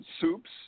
soups